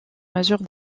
mesure